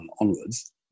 onwards